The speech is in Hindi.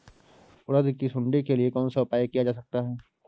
उड़द की सुंडी के लिए कौन सा उपाय किया जा सकता है?